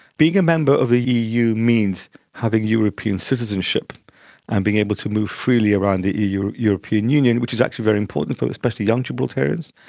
being a member of the eu means having european citizenship and being able to move freely around the european union, which is actually very important for especially young gibraltarians.